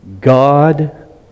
God